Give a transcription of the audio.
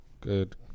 good